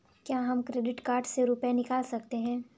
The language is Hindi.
क्या हम क्रेडिट कार्ड से रुपये निकाल सकते हैं?